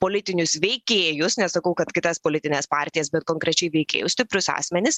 politinius veikėjus nesakau kad kitas politines partijas bet konkrečiai veikėjus stiprius asmenis